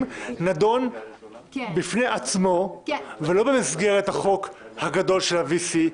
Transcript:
נדון בפני עצמו ולא במסגרת החוק הגדול של ה-VC,